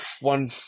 one